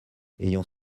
ayant